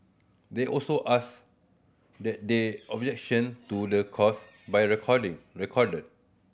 they also asked that they objection to the clause by recording recorded